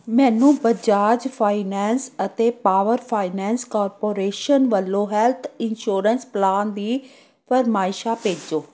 ਮੈਨੂੰ ਬਜਾਜ ਫਾਈਨੈਂਸ ਅਤੇ power finance corporation ਵੱਲੋ ਹੈੱਲਥ ਇੰਸੋਰੈਂਸ ਪਲਾਨ ਦੀ ਫਰਮਾਇਸ਼ਾ ਭੇਜੋ